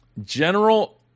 General